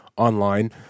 Online